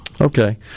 Okay